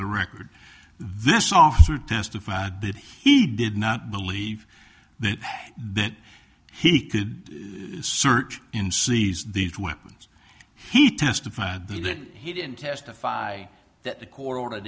the record this officer testified that he did not believe that he could search in see these weapons he testified that he didn't testify that the court order